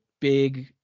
Big